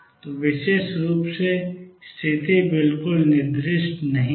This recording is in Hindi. तो विशेष रूप से स्थिति बिल्कुल निर्दिष्ट नहीं है